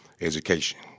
education